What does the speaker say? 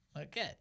Okay